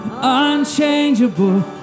unchangeable